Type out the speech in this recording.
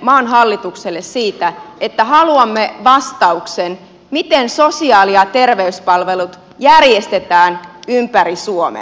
maan hallitukselle siitä että haluamme vastauksen siihen miten sosiaali ja terveyspalvelut järjestetään ympäri suomen